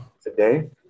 today